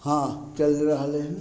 हँ चलि रहलियै हन